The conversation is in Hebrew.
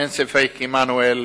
אין ספק, עמנואל,